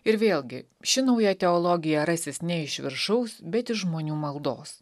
ir vėlgi ši nauja teologija rasis ne iš viršaus bet iš žmonių maldos